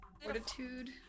Fortitude